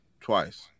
Twice